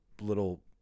little